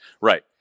Right